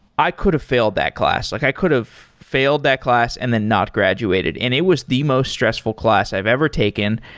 i could've failed that class. like i could've failed that class and then not graduated, and it was the most stressful class i've ever taken.